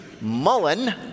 Mullen